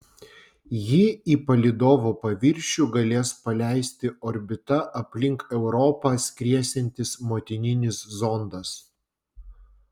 jį į palydovo paviršių galės paleisti orbita aplink europą skriesiantis motininis zondas